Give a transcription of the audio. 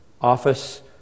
office